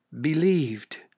believed